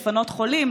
לפנות חולים,